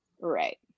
Right